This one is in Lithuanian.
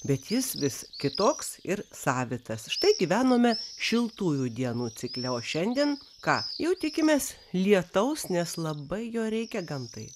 bet jis vis kitoks ir savitas štai gyvenome šiltųjų dienų cikle o šiandien ką jau tikimės lietaus nes labai jo reikia gamtai